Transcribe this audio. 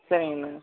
சரிங்க அண்ணன்